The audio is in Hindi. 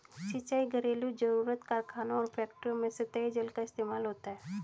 सिंचाई, घरेलु जरुरत, कारखानों और फैक्ट्रियों में सतही जल का ही इस्तेमाल होता है